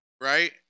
right